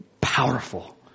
powerful